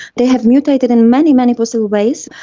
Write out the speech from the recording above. they have mutated in many, many possible ways.